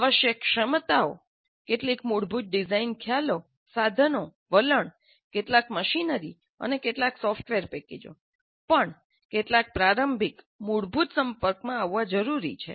આવશ્યક ક્ષમતાઓ કેટલીક મૂળભૂત ડિઝાઇન ખ્યાલો સાધનો વલણ કેટલાક મશીનરી અને કેટલાક સોફ્ટવેર પેકેજો પણ કેટલાક પ્રારંભિક મૂળભૂત સંપર્કમાં આવવા જરૂરી છે